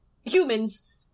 humans